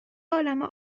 عالمه